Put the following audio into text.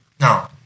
No